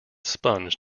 sponge